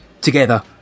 together